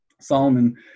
solomon